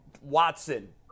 Watson